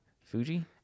Fuji